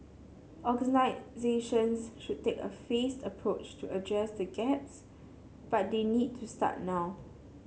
organisations should take a phased approach to address the gaps but they need to start now